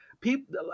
People